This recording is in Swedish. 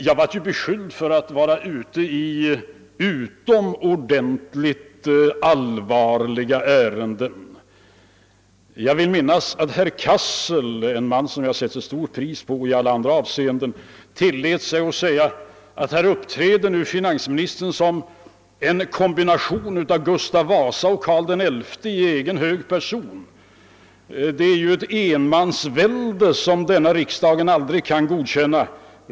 Jag blev då beskylld för att vara ute i utomordentligt allvarliga ärenden. Jag vill minnas att herr Cassel — en man som jag i alla andra avseenden sätter stort värde på — tillät sig att säga att finansministern här uppträder som elr kombination av Gustav Vasa och Karl XI i egen hög person. Detta är ett enmansvälde som riksdagen aldrig kan godkänna.